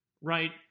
right